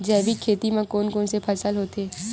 जैविक खेती म कोन कोन से फसल होथे?